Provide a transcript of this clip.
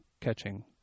catching